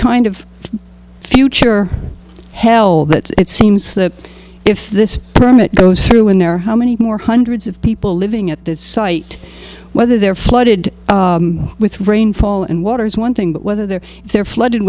kind of future hell that it seems that if this permit goes through in there how many more hundreds of people living at that site whether they're flooded with rainfall and water is one thing but whether they're if they're flooded